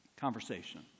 conversation